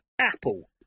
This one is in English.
apple